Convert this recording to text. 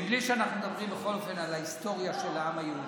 בלי שנדבר בכל אופן על ההיסטוריה של העם היהודי.